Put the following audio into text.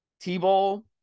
T-Ball